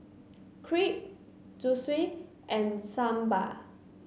Crepe Zosui and Sambar